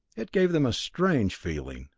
it gave them a strange feeling,